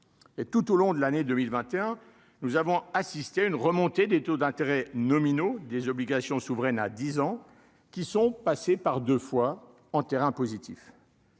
et tout au long de l'année 2021, nous avons assisté à une remontée des taux d'intérêt nominaux des obligations souveraines à 10 ans qui sont passés par 2 fois en terrain positif.